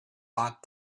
bought